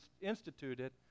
instituted